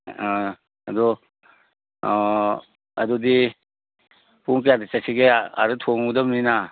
ꯑꯥ ꯑꯗꯨ ꯑꯗꯨꯗꯤ ꯄꯨꯡ ꯀꯌꯥꯗ ꯆꯠꯁꯤꯒꯦ ꯑꯥꯗ ꯊꯣꯡꯉꯨꯒꯗꯕꯅꯤꯅ